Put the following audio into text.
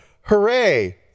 hooray